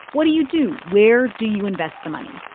what do you do? where do you invest the money?